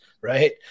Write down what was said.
Right